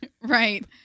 Right